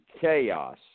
chaos